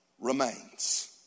remains